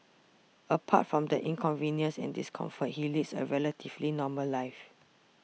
apart from the inconvenience and discomfort he leads a relatively normal life